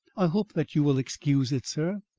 i hope that you will excuse it, sir.